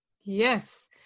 yes